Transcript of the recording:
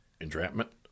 entrapment